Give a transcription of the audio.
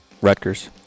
Rutgers